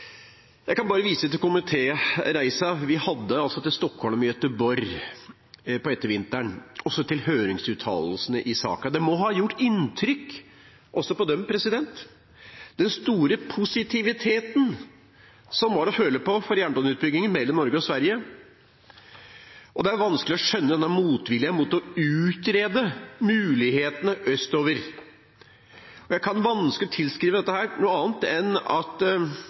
Jeg synes det er leit. Jeg kan bare vise til komitéreisen vi hadde til Stockholm og Göteborg på ettervinteren, og til høringsuttalelsene i saken. Den store positiviteten som var til å ta og føle på for jernbaneutbygging mellom Norge og Sverige, må ha gjort inntrykk også på dem, og det er vanskelig å skjønne denne motviljen mot å utrede mulighetene østover. Jeg kan vanskelig tilskrive dette noe annet enn at